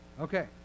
Okay